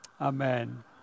Amen